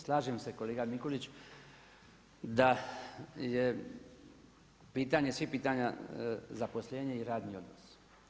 Slažem se kolega Mikulić, da je pitanje svih pitanja zaposlenje i radni odnos.